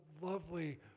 lovely